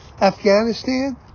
Afghanistan